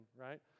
Right